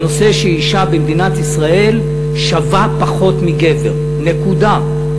בנושא שאישה במדינת ישראל שווה פחות מגבר, נקודה.